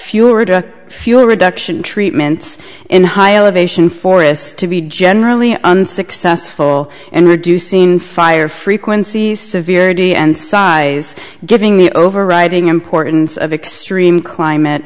fewer to fuel reduction treatments in high elevation forest to be generally unsuccessful and reducing fire frequency severe d and size giving the overriding importance of extreme climate